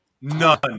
None